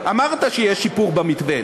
אמרת שיש שיפור במתווה,